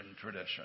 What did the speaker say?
tradition